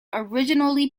originally